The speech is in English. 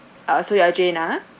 ah so you are jane ah